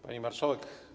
Pani Marszałek!